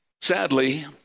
Sadly